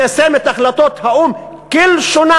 ליישם את החלטות האו"ם כלשונן.